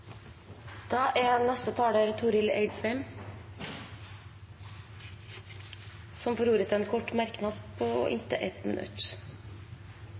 får ordet til en kort merknad, begrenset til 1 minutt.